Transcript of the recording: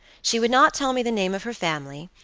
she would not tell me the name of her family,